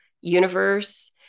universe